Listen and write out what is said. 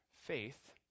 faith